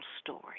story